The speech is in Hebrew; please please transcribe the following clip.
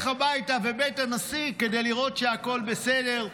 הביתה ובית הנשיא כדי לראות שהכול בסדר,